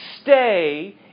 stay